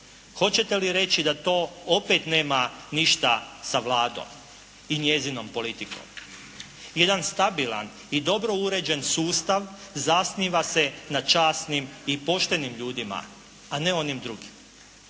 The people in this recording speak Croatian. Hoćete li reći da to opet nema ništa sa Vladom i njezinom politikom. Jedan stabilan i dobro uređen sustav zasniva se na časnim i poštenim ljudima, a ne onim drugim.